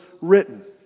written